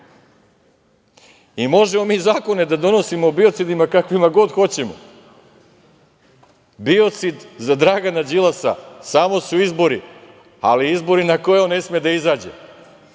Možemo mi zakone da donosimo o biocidima kakve god hoćemo, biocid za Dragana Đilasa samo su izbori, ali izbori na koje on ne sme da izađe,